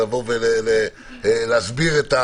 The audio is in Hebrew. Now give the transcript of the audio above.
להסביר.